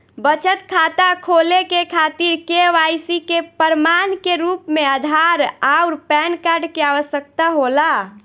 बचत खाता खोले के खातिर केवाइसी के प्रमाण के रूप में आधार आउर पैन कार्ड के आवश्यकता होला